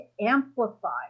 amplify